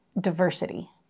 diversity